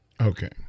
Okay